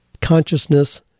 consciousness